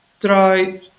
try